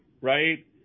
right